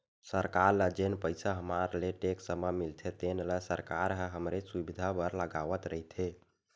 सरकार ल जेन पइसा हमर ले टेक्स म मिलथे तेन ल सरकार ह हमरे सुबिधा बर लगावत रइथे